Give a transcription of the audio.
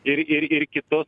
ir ir ir kitus